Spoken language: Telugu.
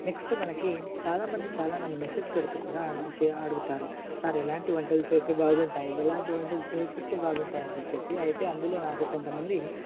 నెక్స్ట్ మనకి చాలా మంది చాలా నన్ను మెసేజ్ పెడుతు కూడా అడుగుతారు సరే ఎలాంటి వంటలు చేస్తే బాగుంటాయి అలాంటి వంటలు చేప్పి బాగుంటాయి అని చెప్పి అయితే అందులో నాకు కొంతమంది